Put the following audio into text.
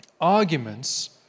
arguments